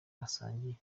basangiye